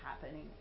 happening